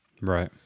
Right